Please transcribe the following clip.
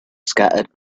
scattered